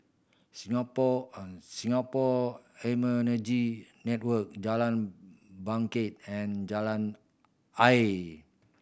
Singapore Singapore Immunology Network Jalan Bangket and Jalan Ayer